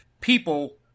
people